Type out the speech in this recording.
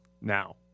Now